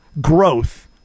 growth